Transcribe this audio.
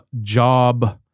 job